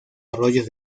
arroyos